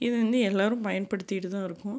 இது வந்து எல்லோரும் பயன்படுத்திக்கிட்டு தான் இருக்கோம்